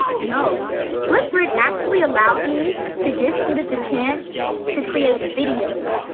no, flipgrid actually allowed me to give students a chance to create videos,